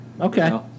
Okay